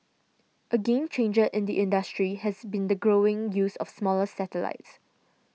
a game changer in the industry has been the growing use of smaller satellites